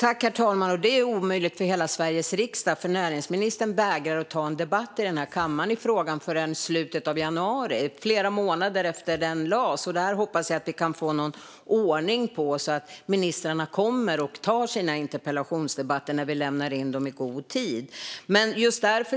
Herr talman! Det är omöjligt för hela Sveriges riksdag, för näringsministern vägrar ta en debatt om frågan här i kammaren förrän i slutet av januari. Det är flera månader efter att interpellationen skrevs. Jag hoppas att vi kan få någon ordning på detta så att ministrarna kommer och tar sina interpellationsdebatter när vi lämnar in våra interpellationer i god tid.